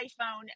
iPhone